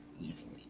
easily